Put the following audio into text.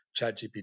ChatGPT